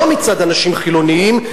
לא מצד אנשים חילונים,